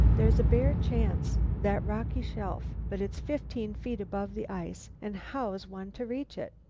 there's a bare chance that rocky shelf. but it's fifteen feet above the ice, and how's one to reach it?